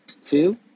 two